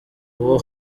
uwo